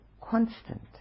constant